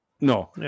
no